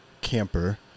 camper